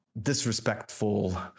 disrespectful